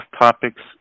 topics